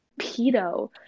Pedo